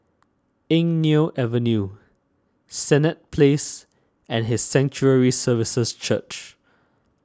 Eng Neo Avenue Senett Place and His Sanctuary Services Church